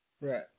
Right